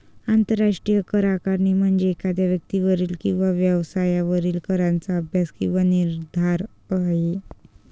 आंतरराष्ट्रीय करआकारणी म्हणजे एखाद्या व्यक्तीवरील किंवा व्यवसायावरील कराचा अभ्यास किंवा निर्धारण आहे